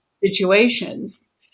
situations